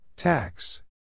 Tax